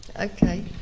Okay